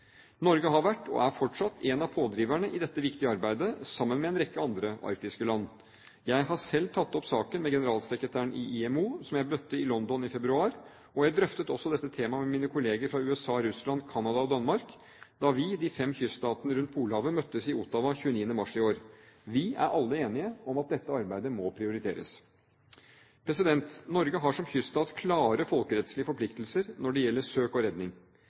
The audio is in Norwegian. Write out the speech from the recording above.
Norge har vært, og er fortsatt, en av pådriverne i dette viktige arbeidet, sammen med en rekke andre arktiske land. Jeg har selv tatt opp saken med generalsekretæren i IMO, som jeg møtte i London i februar, og jeg drøftet også dette tema med mine kollegaer fra USA, Russland, Canada og Danmark da vi – de fem kyststatene rundt Polhavet – møttes i Ottawa 29. mars i år. Vi er alle enige om at dette arbeidet må prioriteres. Norge har som kyststat klare folkerettslige forpliktelser når det gjelder søk og redning.